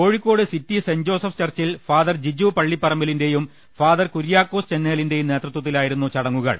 Kozhikode city saint joseph ചർച്ചിൽ father Jiju പള്ളിപ്പറമ്പിലിന്റെയും father Kuriakose ചെന്നേലിലിന്റെയും നേതൃത്വത്തിലായിരുന്നു ചടങ്ങുകൾ